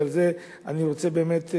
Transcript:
ועל זה אני רוצה באמת,